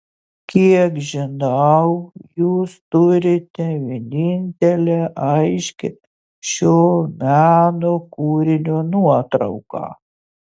kiek žinau jūs turite vienintelę aiškią šio meno kūrinio nuotrauką